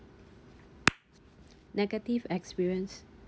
negative experience